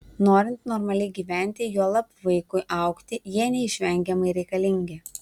norint normaliai gyventi juolab vaikui augti jie neišvengiamai reikalingi